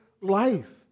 life